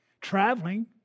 traveling